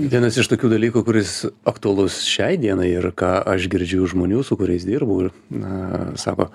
vienas iš tokių dalykų kuris aktualus šiai dienai ir ką aš girdžiu iš žmonių su kuriais dirbu ir na sako